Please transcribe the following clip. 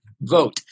vote